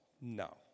No